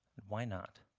why not?